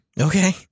Okay